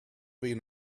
been